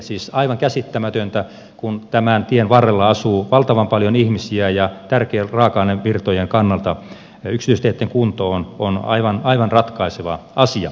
siis aivan käsittämätöntä kun näitten teitten varrella asuu valtavan paljon ihmisiä ja tärkeiden raaka ainevirtojen kannalta yksityisteitten kunto on aivan ratkaiseva asia